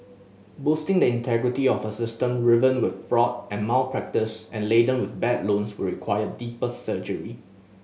boosting the integrity of a system riven with fraud and malpractice and laden with bad loans will require deeper surgery